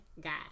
God